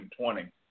2020